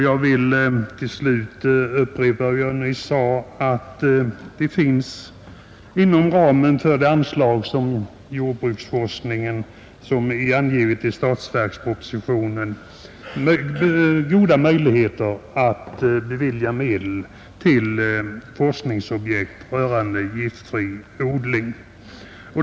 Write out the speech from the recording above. Jag vill till slut upprepa vad jag nyss sade, nämligen att det inom ramen för det anslag till jordbruksforskningen som är angiven i statsverkspropositionen finns goda möjligheter att bevilja medel till forskningsobjekt rörande giftfri odling.